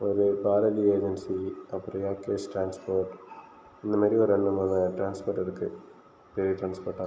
ஒரு parent agency அப்படி இல்லேனா அகியூஸ்ட் டிரான்ஸ்போர்ட் இந்தமாரி ஒரு இரண்டு மூணு டிரான்ஸ்போர்ட் இருக்குது பெரிய ட்ரான்ஸ்போர்ட்டா